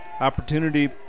Opportunity